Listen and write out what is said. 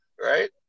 right